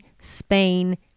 Spain